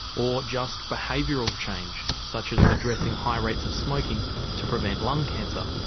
or just behavioural change such as addressing high rates of smoking to prevent lung cancer.